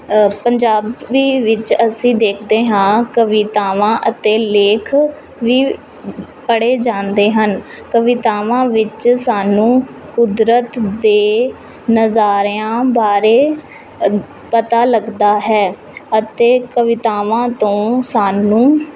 ਪੰਜਾਬੀ ਵਿੱਚ ਅਸੀਂ ਦੇਖਦੇ ਹਾਂ ਕਵਿਤਾਵਾਂ ਅਤੇ ਲੇਖ ਵੀ ਪੜ੍ਹੇ ਜਾਂਦੇ ਹਨ ਕਵਿਤਾਵਾਂ ਵਿੱਚ ਸਾਨੂੰ ਕੁਦਰਤ ਦੇ ਨਜ਼ਾਰਿਆਂ ਬਾਰੇ ਪਤਾ ਲੱਗਦਾ ਹੈ ਅਤੇ ਕਵਿਤਾਵਾਂ ਤੋਂ ਸਾਨੂੰ